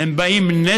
הם לא פוליטיקאים,